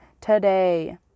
today